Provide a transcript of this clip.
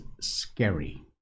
scary